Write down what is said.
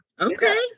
Okay